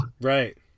right